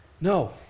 No